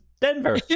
Denver